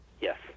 Yes